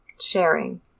sharing